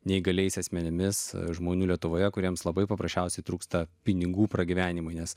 neįgaliais asmenimis žmonių lietuvoje kuriems labai paprasčiausiai trūksta pinigų pragyvenimui nes